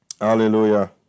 hallelujah